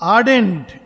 Ardent